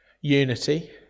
Unity